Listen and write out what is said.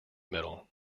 middle